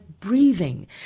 Breathing